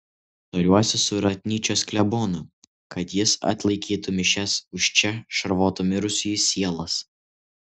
tariuosi su ratnyčios klebonu kad jis atlaikytų mišias už čia šarvotų mirusiųjų sielas